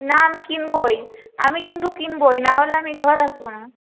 না আমি কিনবোই আমি কিন্তু কিনবোই নাহলে আমি ঘর আসবো না